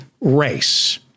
race